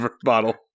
bottle